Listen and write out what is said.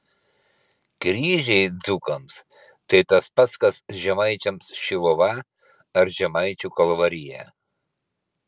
kryžiai dzūkams tai tas pats kas žemaičiams šiluva ar žemaičių kalvarija